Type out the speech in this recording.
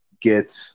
get